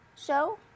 show